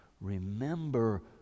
remember